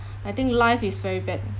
I think life is very bad